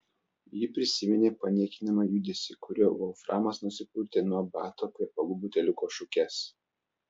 ji prisiminė paniekinamą judesį kuriuo volframas nusipurtė nuo bato kvepalų buteliuko šukes